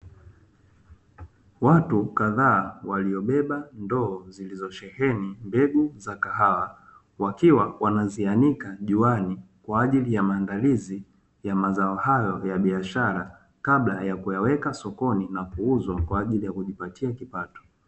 Watu kadhaa waliobeba ndoo zilizosheheni mbegu za kahawa, wakiwa wanazianika juani Kwa ajili ya maandalizi ya mazao hayo na wafanyabiashara kabla ya kuweka sokoni na kuuza kwa ajili ya kujipatia kipato.